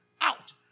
out